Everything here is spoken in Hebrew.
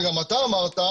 וגם אתה אמרת,